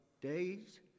days